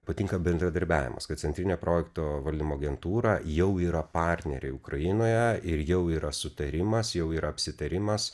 patinka bendradarbiavimas kad centrinė projekto valdymo agentūra jau yra partneriai ukrainoje ir jau yra sutarimas jau yra apsitarimas